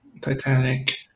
Titanic